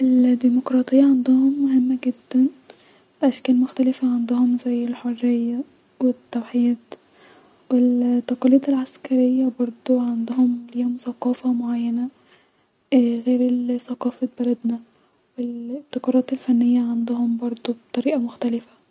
ال-ديموقراطيه عندهم مهمه جدا بأشكال مختلفه عندهم زي الحريه والتوحيد-وال-التقاليد العسكريه بردو عندهم ليهم ثقافه معينه- غير-ال-ثقافه بلدنا-والابتكارات الفنيه عندهم بردو بطريقه مختلفه